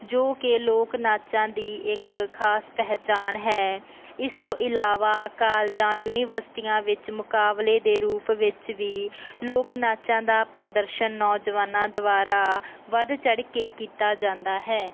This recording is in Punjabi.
ਜੋ ਕਿ ਲੋਕ ਨਾਚਾਂ ਦੀ ਇੱਕ ਖ਼ਾਸ ਪਹਿਚਾਣ ਹੈ ਇਸ ਤੋਂ ਇਲਾਵਾ ਕਾਲਜਾਂ ਯੂਨੀਵਰਸਿਟੀਆਂ ਵਿੱਚ ਮੁਕਾਬਲੇ ਦੇ ਰੂਪ ਵਿੱਚ ਵੀ ਲੋਕ ਨਾਚਾਂ ਦਾ ਪ੍ਰਦਰਸ਼ਨ ਨੌਜਵਾਨਾਂ ਦੁਆਰਾ ਵੱਧ ਚੜ੍ਹ ਕੇ ਕੀਤਾ ਜਾਂਦਾ ਹੈ